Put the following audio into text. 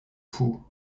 fou